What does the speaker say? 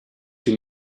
you